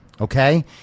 Okay